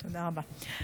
תודה רבה.